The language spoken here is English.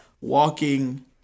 walking